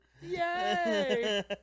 Yay